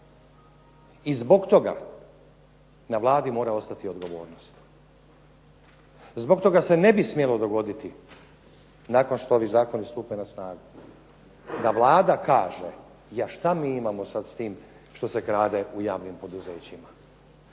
i zbog toga na Vladi mora ostati odgovornost. Zbog toga se ne bi smjelo dogoditi, nakon što ovi zakoni stupe na snagu, da Vlada kaže. "Ja, šta mi imamo sad s tim što se krade u javnim poduzećima?